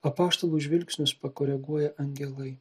apaštalų žvilgsnius pakoreguoja angelai